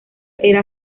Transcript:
era